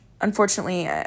unfortunately